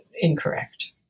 incorrect